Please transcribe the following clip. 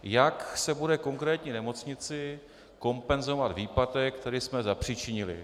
Jak se bude konkrétní nemocnici kompenzovat výpadek, který jsme zapříčinili?